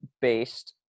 based